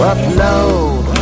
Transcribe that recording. Upload